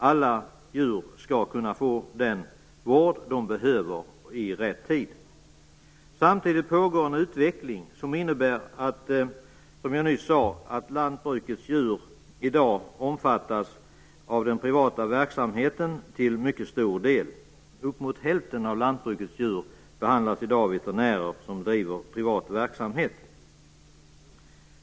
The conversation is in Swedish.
Alla djur skall kunna få den vård de behöver i rätt tid. Samtidigt pågår en utveckling som innebär att lantbrukets djur, som jag nyss sade, i dag till mycket stor del omfattas av den privata verksamheten. Uppemot hälften av lantbrukets djur behandlas i dag av veterinärer som driver privat verksamhet.